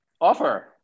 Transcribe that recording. Offer